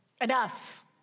enough